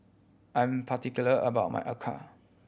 I'm particular about my acar